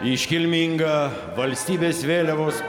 iškilminga valstybės vėliavos